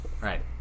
Right